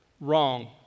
Wrong